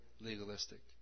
legalistic